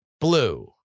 blue